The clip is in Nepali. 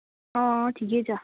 अँ ठिकै छ